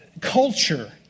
culture